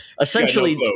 Essentially